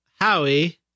Howie